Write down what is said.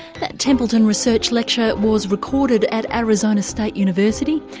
that templeton research lecture was recorded at arizona state university.